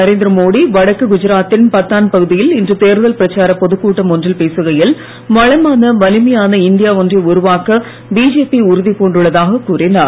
நரேந்திர மோடி வடக்கு குஜராத் தின் பத்தான் பகுதியில் இன்று தேர்தல் பிரச்சாரப் பொதுக்கூட்டம் ஒன்றில் பேசுகையில் வளமான வலிமையான இந்தியா ஒன்றை உருவாக்க பிஜேபி உறுதி பூண்டுள்ளதாகக் கூறினார்